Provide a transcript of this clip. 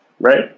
Right